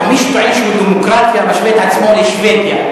מי שטוען שהוא דמוקרטיה משווה את עצמו לשבדיה,